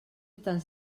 tants